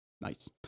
Nice